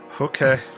Okay